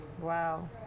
Wow